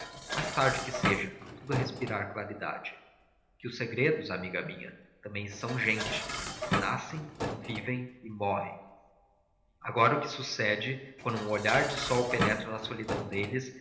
mas tarde que seja tudo é respirar claridade que os segredos amiga minha também são gente nascem vivem e morrem agora o que sucede quando um olhar de sol penetra na solidão deles